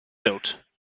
built